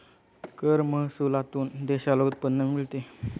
कर महसुलातून देशाला उत्पन्न मिळते